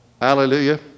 hallelujah